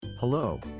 Hello